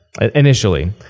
initially